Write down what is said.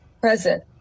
present